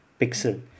pixel